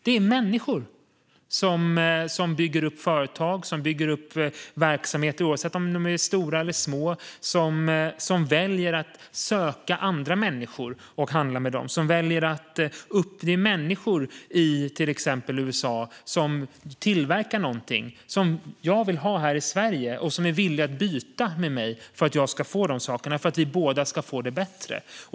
Det är människor som bygger upp företag, som bygger upp stora och små verksamheter och som väljer att söka andra människor och handla med dem. Det är människor i till exempel USA som tillverkar någonting som jag vill ha här i Sverige och som är villiga att byta med mig för att vi båda ska få det bättre.